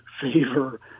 favor